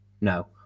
No